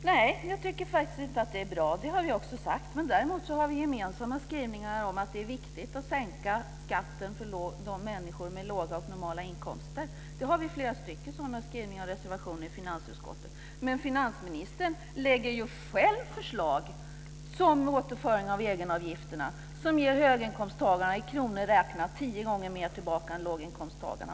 Herr talman! Nej, jag tycker faktiskt inte att det är bra. Det har vi också sagt. Men däremot har vi gemensamma skrivningar om att det är viktigt att sänka skatten för människor med låga och normala inkomster. Vi har flera sådana skrivningar och reservationer i finansutskottet. Men finansministern lägger själv fram förslag, t.ex. om återföring av egenavgifterna, som i kronor räknat ger höginkomsttagarna tio gånger mer tillbaka än låginkomsttagarna.